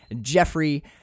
Jeffrey